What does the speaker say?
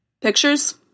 Pictures